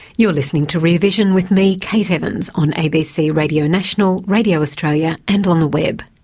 you're listening to rear vision with me, kate evans, on abc radio national, radio australia and on the web,